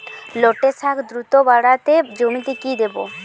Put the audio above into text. লটে শাখ দ্রুত বাড়াতে জমিতে কি দেবো?